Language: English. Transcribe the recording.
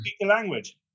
language